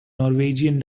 norwegian